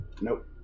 Nope